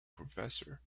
professor